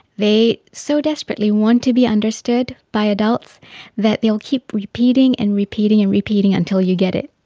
they so desperately want to be understood by adults that they will keep repeating and repeating and repeating until you get it.